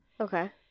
Okay